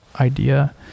idea